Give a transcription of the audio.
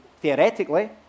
theoretically